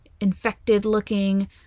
infected-looking